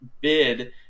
bid